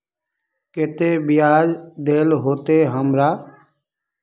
केते बियाज देल होते हमरा?